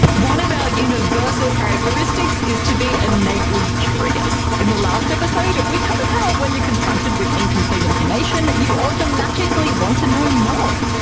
one of our universal characteristics is to be innately curious. in the last episode, we covered how when you're confronted with incomplete information, you automatically want to know more.